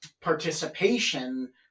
participation